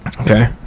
Okay